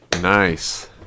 nice